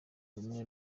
bumwe